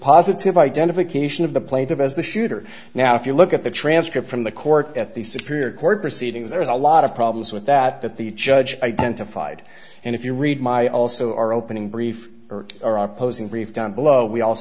positive identification of the plate of as the shooter now if you look at the transcript from the court at the superior court proceedings there is a lot of problems with that that the judge identified and if you read my also our opening brief or opposing brief down below we also